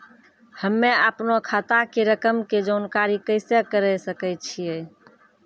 हम्मे अपनो खाता के रकम के जानकारी कैसे करे सकय छियै?